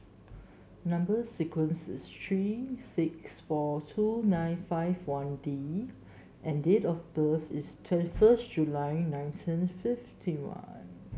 number sequence is three six four two nine five one D and date of birth is twenty first July nineteen fifty one